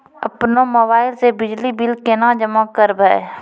अपनो मोबाइल से बिजली बिल केना जमा करभै?